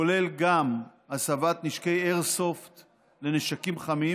כולל גם הסבת נשקי איירסופט לנשקים חמים,